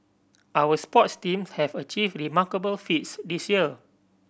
our sports team have achieved remarkable feats this year